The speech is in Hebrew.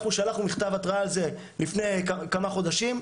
אנחנו שלחנו מכתב התראה על זה לפני כמה חודשים,